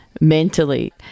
mentally